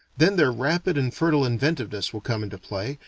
then their rapid and fertile inventiveness will come into play,